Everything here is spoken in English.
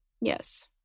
yes